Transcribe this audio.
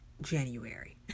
January